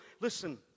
Listen